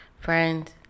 friends